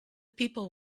people